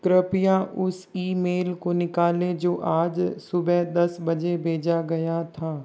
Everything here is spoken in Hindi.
कृपया उस ईमेल को निकालें जो आज सुबह दस बजे भेजा गया था